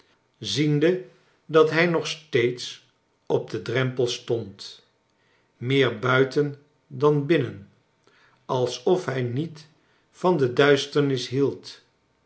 ziende dat hij nog steeds op den drempel stond meer buiten dan binnen als of hij niet van de duisternis hield